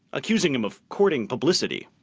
accusing him of courting publicity.